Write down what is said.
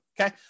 okay